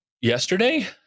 yesterday